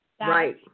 Right